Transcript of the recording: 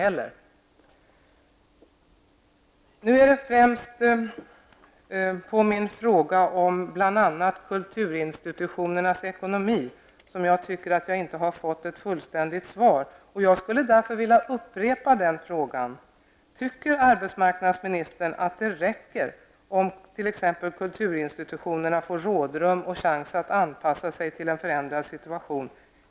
Det är främst på min fråga om bl.a. kulturinstitutionernas ekonomi som jag tycker att jag inte har fått ett fullständigt svar. Jag skulle därför vilja upprepa den frågan: Tycker arbetsmarknadsministern att det räcker om t.ex. kulturinstitutionerna får rådrum och chans att anpassa sig till en förändrad situation?